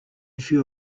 few